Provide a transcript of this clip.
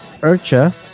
Urcha